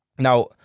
Now